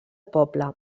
poble